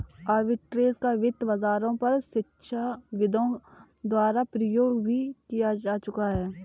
arbitrage का वित्त बाजारों पर शिक्षाविदों द्वारा प्रयोग भी किया जा चुका है